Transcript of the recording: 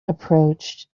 approached